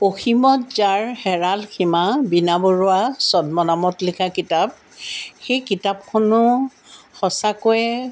অসীমত যাৰ হেৰাল সীমা বীণা বৰুৱা ছদ্মনামত লিখা কিতাপ সেই কিতাপখনো সঁচাকৈয়ে